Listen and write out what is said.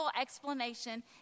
explanation